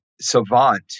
savant